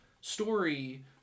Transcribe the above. story